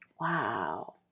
Wow